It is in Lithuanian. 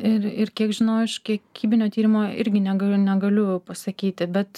ir ir kiek žinau iš kiekybinio tyrimo irgi negaliu negaliu pasakyti bet